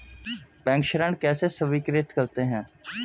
Bank ऋण कैसे स्वीकृत करते हैं?